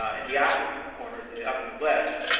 ah in the opposite corner, the upper left,